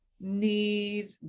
need